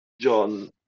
John